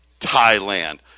Thailand